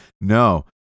no